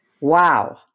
Wow